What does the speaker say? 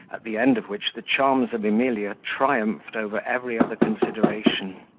at the end of which the charms of emilia triumphed over every other consideration.